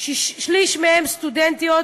סטודנטים, שליש מהם סטודנטיות.